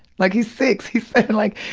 like, he's six, he's seven. like